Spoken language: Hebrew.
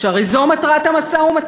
שהרי זו מטרת המשא-ומתן.